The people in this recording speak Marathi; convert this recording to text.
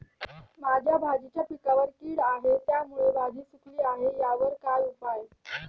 माझ्या भाजीच्या पिकावर कीड आहे त्यामुळे भाजी सुकली आहे यावर काय उपाय?